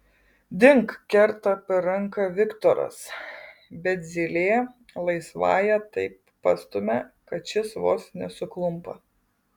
dink kerta per ranką viktoras bet zylė laisvąja taip pastumia kad šis vos nesuklumpa